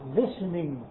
listening